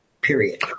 period